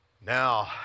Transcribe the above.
now